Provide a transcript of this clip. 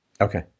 Okay